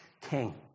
king